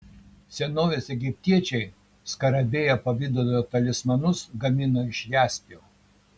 senovės egiptiečiai skarabėjo pavidalo talismanus gamino iš jaspio